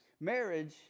Marriage